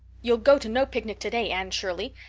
you'll go to no picnic today, anne shirley.